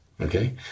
okay